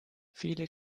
viele